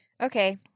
Okay